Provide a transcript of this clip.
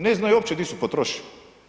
Ne znaju uopće gdje su potrošili.